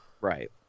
Right